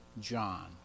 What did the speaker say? John